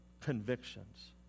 convictions